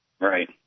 Right